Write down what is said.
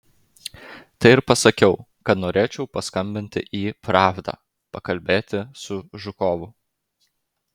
tai ir pasakiau kad norėčiau paskambinti į pravdą pakalbėti su žukovu